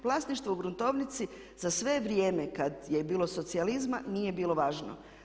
Vlasništvo u gruntovnici za sve vrijeme kad je bilo socijalizma nije bilo važno.